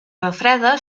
refreda